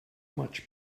much